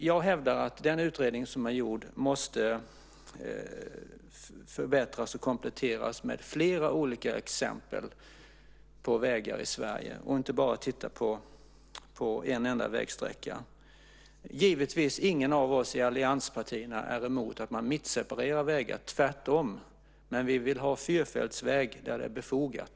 Jag hävdar att den utredning som är gjord måste förbättras och kompletteras med flera olika exempel på vägar i Sverige - inte bara titta på en enda vägsträcka. Givetvis är ingen av oss i allianspartierna emot att man mittseparerar vägar - tvärtom - men vi vill ha fyrfältsvägar där det är befogat.